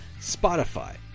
Spotify